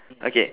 okay